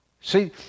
See